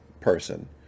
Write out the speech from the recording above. person